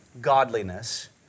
godliness